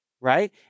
right